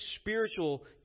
spiritual